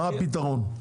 מה הפתרון?